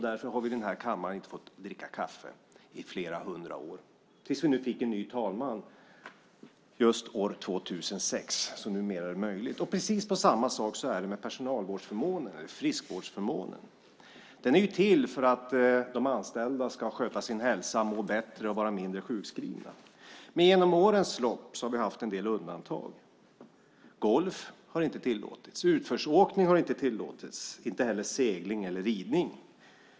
Därför har vi i denna kammare inte fått dricka kaffe i flera hundra år, tills vi fick en ny talman år 2006 så att det numera är möjligt. På precis samma sätt är det med friskvårdsförmånerna. De är ju till för att de anställda ska sköta sin hälsa, må bättre och vara mindre sjukskrivna. Men under årens lopp har vi haft en del undantag. Golf har inte tillåtits. Utförsåkning har inte tillåtits, inte heller segling eller ridning.